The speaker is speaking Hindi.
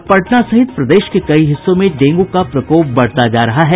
और पटना सहित प्रदेश के कई हिस्सों में डेंगू का प्रकोप बढ़ता जा रहा है